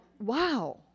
wow